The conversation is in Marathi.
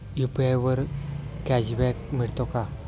यु.पी.आय वर कॅशबॅक मिळतो का?